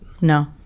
No